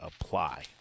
apply